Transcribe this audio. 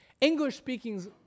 English-speaking